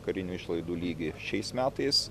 karinių išlaidų lygį šiais metais